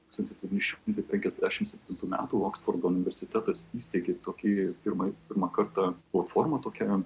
tūkstantis devyni šimtai penkiasdešimt septintų metų oksfordo universitetas įsteigė tokį pirmą pirmą kartą platformą tokią